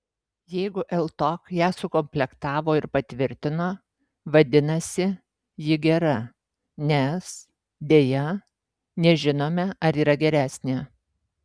jeigu ltok ją sukomplektavo ir patvirtino vadinasi ji gera nes deja nežinome ar yra geresnė